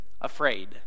Afraid